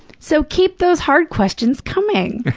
so keep those hard questions coming!